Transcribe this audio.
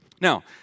Now